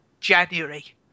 January